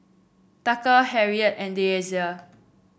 Tucker Harriet and Deasia